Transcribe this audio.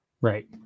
Right